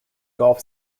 golf